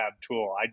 tool